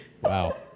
Wow